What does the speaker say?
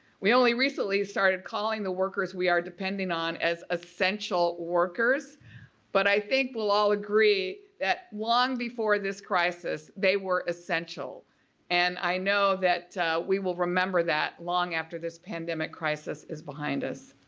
we only recently started calling the workers we are depending on as essential workers but i think we'll all agree that long before this crisis they were essential and i know that we will remember that long after this pandemic crisis is behind us.